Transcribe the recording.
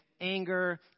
anger